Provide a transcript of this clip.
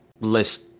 list